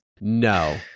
No